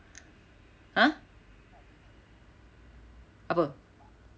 ha apa